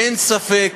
אין ספק